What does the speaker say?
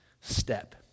step